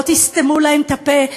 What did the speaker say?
לא תסתמו להם את הפה,